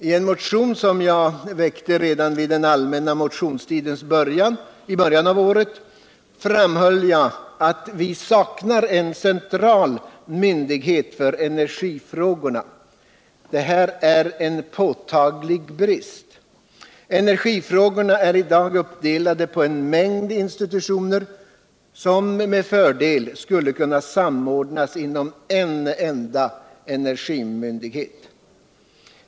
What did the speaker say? I en motion, som jag väckte redan under den allmänna motionstiden i början av året. framhöll jag att vi saknar en central myndighet för energifrågorna. Detta är en påtaglig brist. Energifrågorna är i dag uppdelade på en mingd institutioner, som med fördel skulle kunna samordnas inom en enda energimyndighet.